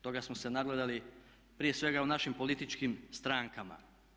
Toga smo se nagledali prije svega u našim političkim strankama.